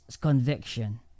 conviction